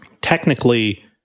Technically